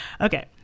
Okay